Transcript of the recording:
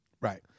Right